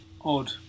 Odd